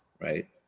right